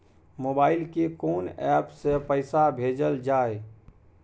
Mobile के कोन app से पैसा भेजल जाए?